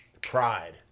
Pride